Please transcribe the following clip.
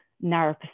narrow